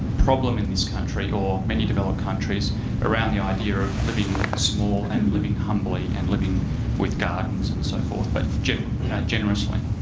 problem in this country or many developed countries around the idea of living small and living humbly and living with gardens and so forth, but generously?